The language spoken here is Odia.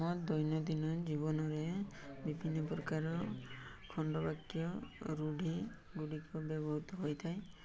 ମୋ ଦୈନନ୍ଦିନ ଜୀବନରେ ବିଭିନ୍ନ ପ୍ରକାର ଖଣ୍ଡବାକ୍ୟ ରୂଢ଼ି ଗୁଡ଼ିକ ବ୍ୟବହୃତ ହୋଇଥାଏ